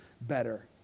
better